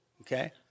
Okay